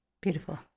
Beautiful